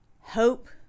Hope